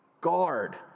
guard